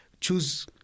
choose